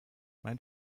mein